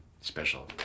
special